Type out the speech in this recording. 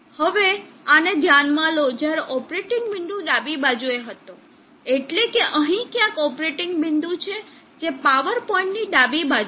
હવે આને ધ્યાનમાં લો જ્યારે ઓપરેટિંગ બિંદુ ડાબી બાજુએ હતો એટલે કે અહીં ક્યાંક ઓપરેટિંગ બિંદુ છે જે પાવર પોઇન્ટની ડાબી બાજુ છે